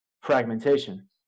fragmentation